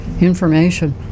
information